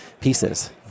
pieces